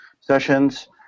sessions